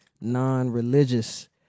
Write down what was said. non-religious